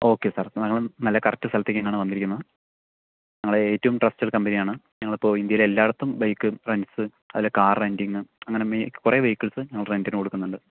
okay sir നല്ല correct സ്ഥലത്തേയ്ക്ക് തന്നെയാണ് വന്നിരിക്കുന്നത് ഞങ്ങൾ ഏറ്റവും ട്രസ്റ്റഡ് കമ്പനിയാണ് ഞങ്ങളിപ്പോൾ ഇന്ത്യയിലെ എല്ലായിടത്തും ബൈക്ക് റെൻ്റ്സ് അതുപോലെ കാർ റെൻ്റിങ്ങ് അങ്ങനെ കുറേ വെഹിക്കിൾസ് ഞങ്ങൾ റെൻ്റിന് കൊടുക്കുന്നുണ്ട്